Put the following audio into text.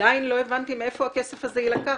עדיין לא הבנתי מאיפה הכסף הזה יילקח,